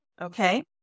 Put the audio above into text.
okay